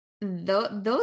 those-